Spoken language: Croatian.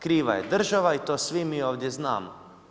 Kriva je država i to svi mi ovdje znamo.